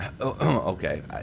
okay